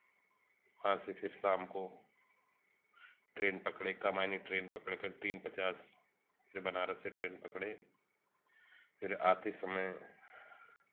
वहाँ से फिर शाम को ट्रेन पकड़े कमायनी ट्रेन पकड़कर तीन पचास बनारस से ट्रेन पकड़े फिर आते समय